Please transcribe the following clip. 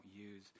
use